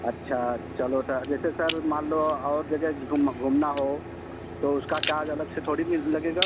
अच्छा चलो जैसे सर मान लो और जगह घूम घूमना हो तो उसका चार्ज अलग से थोड़ी फिर लगेगा